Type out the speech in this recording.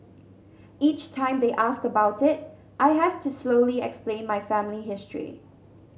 each time they ask about it I have to slowly explain my family history